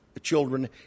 children